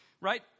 Right